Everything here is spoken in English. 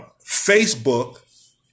Facebook